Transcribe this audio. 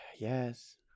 yes